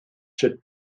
sut